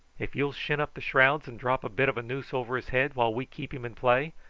if you'll shin up the shrouds, and drop a bit of a noose over his head while we keep him in play,